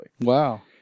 Wow